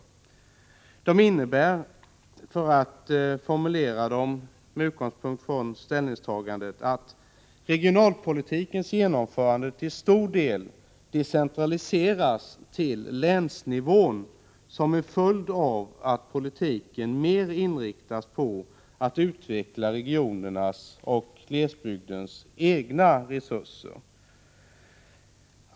Dessa huvudpunkter innebär, för att formulera dem med utgångspunkt från vårt ställningstagande, att regionalpolitikens genomförande i stor utsträckning decentraliseras till länsnivån. Detta sker som en följd av att regionalpolitiken mer inriktas på att utveckla regionernas och glesbygdens egna resurser.